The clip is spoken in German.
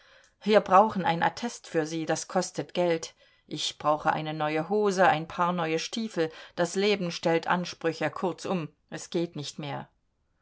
wir brauchen ein attest für sie das kostet geld ich brauche eine neue hose ein paar neue stiefel das leben stellt ansprüche kurzum es geht nicht mehr